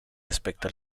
respecto